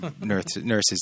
nurses